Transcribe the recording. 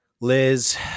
Liz